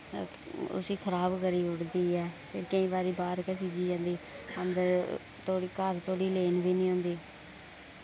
उस्सी खराब करी ओड़दी ऐ ते केई बारी बाह्र गै सिज्जी जंदी अंदर धोड़ी घर धोड़ी लेन बी निं होंदी